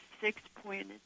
six-pointed